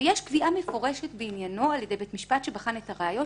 ויש קביעה מפורשת בעניינו על ידי בית משפט שבחן את הראיות,